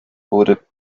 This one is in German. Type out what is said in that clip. wurde